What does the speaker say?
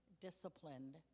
disciplined